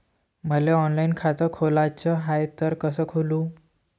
मले ऑनलाईन खातं खोलाचं हाय तर कस खोलू?